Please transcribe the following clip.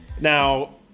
Now